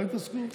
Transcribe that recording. לא התעסקו?